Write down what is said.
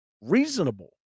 reasonable